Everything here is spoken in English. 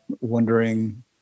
wondering